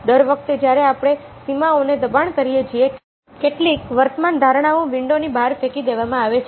દર વખતે જ્યારે આપણે સીમાઓને દબાણ કરીએ છીએ કેટલીક વર્તમાન ધારણાઓ વિન્ડોની બહાર ફેંકી દેવામાં આવે છે